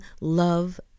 love